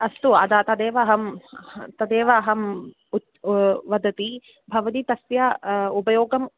अस्तु अतः तदेव अहं तदेव अहम् उत वदति भवती तस्य उपयोगम्